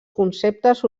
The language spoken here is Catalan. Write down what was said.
conceptes